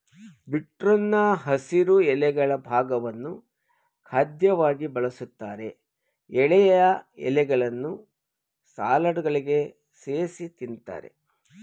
ಬೀಟ್ರೂಟ್ನ ಹಸಿರು ಎಲೆಗಳ ಭಾಗವನ್ನು ಖಾದ್ಯವಾಗಿ ಬಳಸ್ತಾರೆ ಎಳೆಯ ಎಲೆಗಳನ್ನು ಸಲಾಡ್ಗಳಿಗೆ ಸೇರ್ಸಿ ತಿಂತಾರೆ